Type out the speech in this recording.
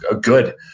good